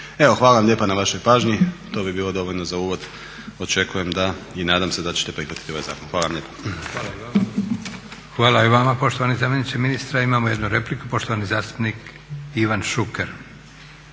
hvala vam lijepa na vašoj pažnji, to bi bilo dovoljno za uvod. Očekujem i nadam se da ćete prihvatiti ovaj zakon. Hvala lijepo. **Leko, Josip (SDP)** Hvala i vama poštovani zamjeniče ministra. Imamo jednu repliku, poštovani zastupnik Ivan Šuker.